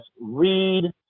read